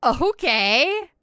Okay